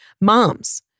Moms